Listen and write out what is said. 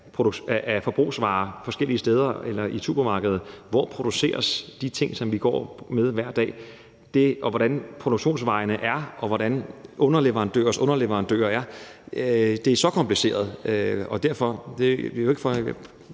af forbrugsvarer forskellige steder, eller gør det i supermarkedet; hvor produceres de ting, som vi bruger hver dag, hvordan er produktionsvejene, og hvem er underleverandørers underleverandører? Det er så kompliceret, og jeg bryder mig ikke om